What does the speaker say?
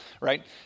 right